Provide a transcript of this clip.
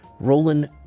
roland